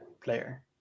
player